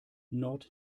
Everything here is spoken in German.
nord